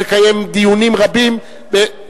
את הנאום הארוך, ואשמיע אותו בוועדה שתדון בנושא.